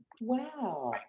Wow